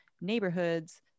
neighborhoods